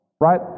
right